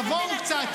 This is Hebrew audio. תבואו קצת,